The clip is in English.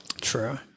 true